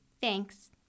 Thanks